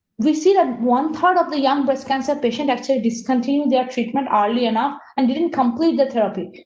we see that one, part of the young breast cancer patient actually discontinued their treatment early enough and didn't complete the therapy.